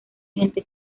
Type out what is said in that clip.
gente